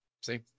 see